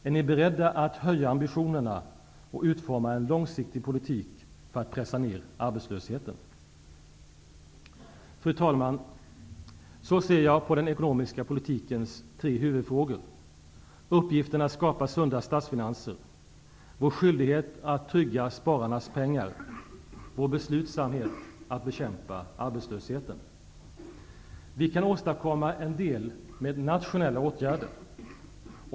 Är ni beredda att höja ambitionerna och utforma en långsiktigt politik för att pressa ned arbetslösheten? Fru talman! Så ser jag på den ekonomiska politikens tre huvudfrågor: uppgiften att skapa sunda statsfinanser, vår skyldighet att trygga spararnas pengar, vår beslutsamhet att bekämpa arbetslösheten. Vi kan åstadkomma en del med nationella åtgärder.